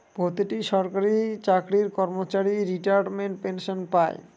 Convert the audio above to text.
প্রতিটি সরকারি চাকরির কর্মচারী রিটায়ারমেন্ট পেনসন পাই